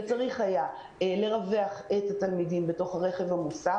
הוא אומר שצריך לרווח את התלמידים בתוך הרכב המוסע,